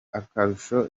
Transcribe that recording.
akarusho